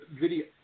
video